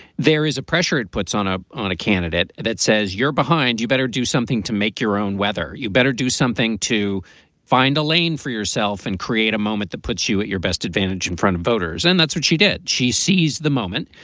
there is a pressure it puts on a on a candidate that says you're behind. you better do something to make your own weather. you better do something to find a lane for yourself and create a moment that puts you at your best advantage in front of voters. and that's what she did. she seized the moment,